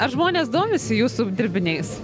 ar žmonės domisi jūsų dirbiniais